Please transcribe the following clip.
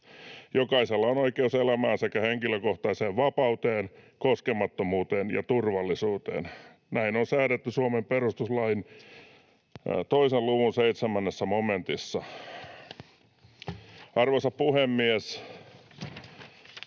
Jokaisella on oikeus elämään sekä henkilökohtaiseen vapauteen, koskemattomuuteen ja turvallisuuteen. Näin on säädetty Suomen perustuslain 2 luvun 7 §:ssä. Arvoisa puhemies!